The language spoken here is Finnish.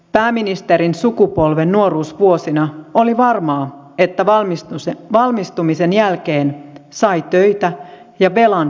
pääministerin sukupolven nuoruusvuosina oli varmaa että valmistumisen jälkeen sai töitä ja velan pystyi hoitamaan